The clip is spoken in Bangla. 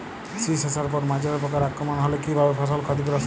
শীষ আসার পর মাজরা পোকার আক্রমণ হলে কী ভাবে ফসল ক্ষতিগ্রস্ত?